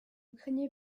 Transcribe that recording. craignez